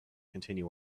continue